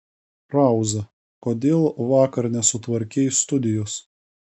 krauza kodėl vakar nesutvarkei studijos